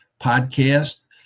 podcast